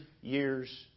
years